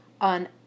on